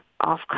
off